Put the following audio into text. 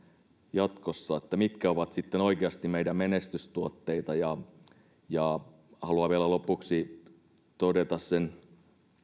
jatkossa mitkä ovat oikeasti meidän menestystuotteita haluan vielä lopuksi todeta sen